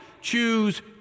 choose